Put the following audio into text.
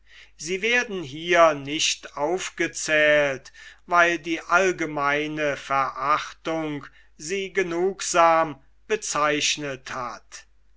sie werden hier nicht aufgezählt weil die allgemeine verachtung sie genugsam bezeichnet hat